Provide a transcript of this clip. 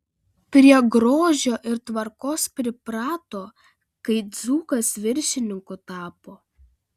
prie grožio ir tvarkos priprato kai dzūkas viršininku tapo